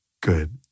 good